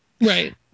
Right